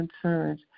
concerns